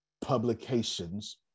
publications